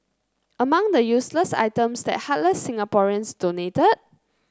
among the useless items that heartless Singaporeans donated